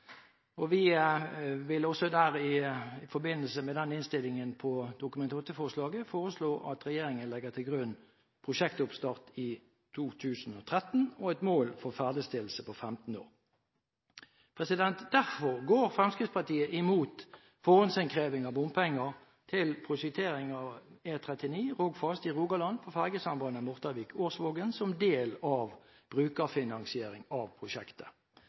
Vi vil også i forbindelse med innstillingen til Dokument 8-forslaget foreslå at regjeringen legger til grunn prosjektoppstart i 2013 og et mål for ferdigstillelse på 15 år. Derfor går Fremskrittspartiet imot forhåndsinnkreving av bompenger til prosjektering av E39 Rogfast i Rogaland på fergesambandet Mortavik–Arsvågen, som del av brukerfinansieringen av prosjektet.